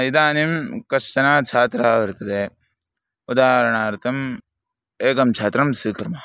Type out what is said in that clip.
इदानीं कश्चनः छात्रः वर्तते उदाहरणार्थम् एकं छात्रं स्वीकुर्मः